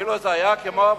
אילו זה היה כמו,